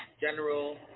general